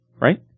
Right